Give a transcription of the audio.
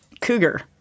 Cougar